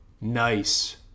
Nice